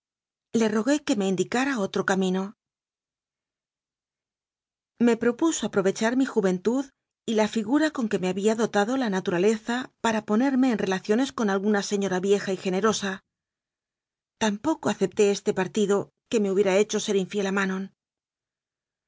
le rogué que me indicara otro camino me propuso aprovechar mi juventud y la figura con que me había dotado la naturaleza para po nerme en relaciones con alguna señora vieja y generosa tampoco acepté este partido que me hubiera hecho ser infiel a manon